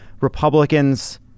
Republicans